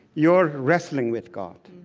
your wrestling with god,